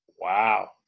Wow